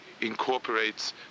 incorporates